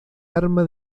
arma